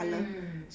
mm